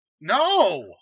no